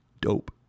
dope